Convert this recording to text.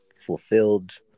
fulfilled